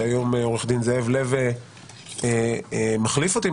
שהיום עו"ד זאב לב מחליף אותי בה,